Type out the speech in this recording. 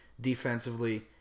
defensively